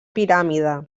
piràmide